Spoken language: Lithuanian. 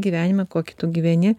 gyvenimą kokį tu gyveni